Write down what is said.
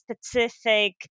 specific